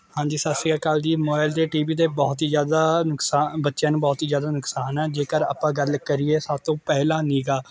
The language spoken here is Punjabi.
ਹਾਂਜੀ ਸਤਿ ਸ਼੍ਰੀ ਅਕਾਲ ਜੀ ਮੋਬਾਇਲ ਦੇ ਟੀ ਵੀ ਦੇ ਬਹੁਤ ਹੀ ਜ਼ਿਆਦਾ ਨੁਕਸਾ ਬੱਚਿਆਂ ਨੂੰ ਬਹੁਤ ਹੀ ਜ਼ਿਆਦਾ ਨੁਕਸਾਨ ਹੈ ਜੇਕਰ ਆਪਾਂ ਗੱਲ ਕਰੀਏ ਸਭ ਤੋਂ ਪਹਿਲਾਂ ਨਿਗਾਹ